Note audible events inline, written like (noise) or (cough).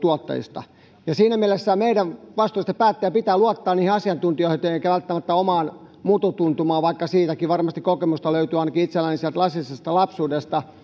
(unintelligible) tuottajista siinä mielessä meidän vastuullisten päättäjien pitää luottaa niihin asiantuntijoihin eikä välttämättä omaan mutu tuntumaan vaikka siitäkin varmasti kokemusta löytyy ainakin itselläni sieltä lasisesta lapsuudesta (unintelligible)